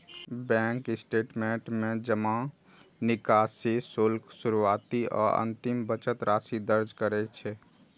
bank statement में जमा, निकासी, शुल्क, शुरुआती आ अंतिम बचत राशि दर्ज रहै छै